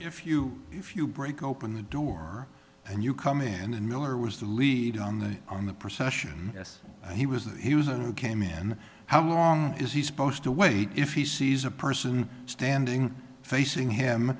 if you if you break open the door and you come in and miller was the lead on the on the procession yes he was came in how long is he supposed to wait if he sees a person standing facing him